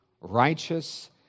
righteous